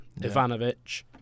Ivanovic